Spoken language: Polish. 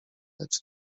lecz